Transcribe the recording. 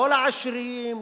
לא לעשירים,